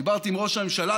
דיברתי עם ראש הממשלה,